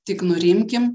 tik nurimkim